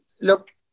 Look